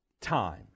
time